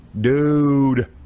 Dude